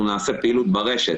אנחנו נעשה פעילות ברשת.